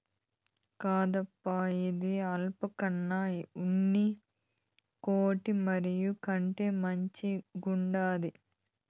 కాదప్పా, ఇది ఆల్పాకా ఉన్ని కోటు మరి, కొంటే మంచిగుండాది